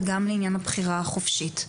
וגם לעניין הבחירה החופשית.